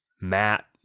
Matt